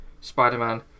Spider-Man